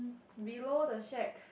below the shack